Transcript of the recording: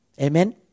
Amen